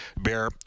Bear